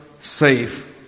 safe